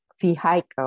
vehicle